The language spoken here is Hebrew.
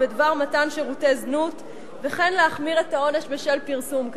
בדבר מתן שירותי זנות וכן להחמיר את העונש בשל פרסום כזה.